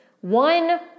one